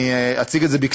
אני אציג את זה בקצרה,